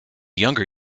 younger